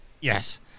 Yes